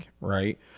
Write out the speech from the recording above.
right